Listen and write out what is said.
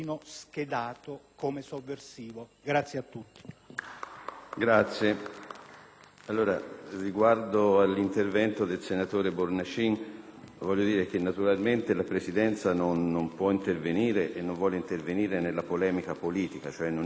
Colleghi, riguardo all'intervento del senatore Bornacin, desidero dire che naturalmente la Presidenza non può e non vuole intervenire nella polemica politica, cioè non entra nella valutazione di un articolo, di un intervento